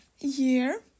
year